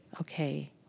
okay